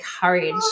courage